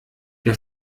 der